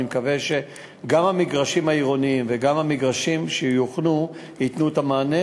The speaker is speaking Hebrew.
אני מקווה שגם המגרשים העירוניים וגם המגרשים שיוכנו ייתנו את המענה,